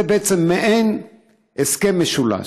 זה מעין הסכם משולש.